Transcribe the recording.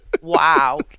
Wow